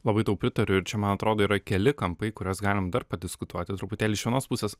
labai tau pritariu ir čia man atrodo yra keli kampai kuriuos galima dar padiskutuoti truputėlį iš vienos pusės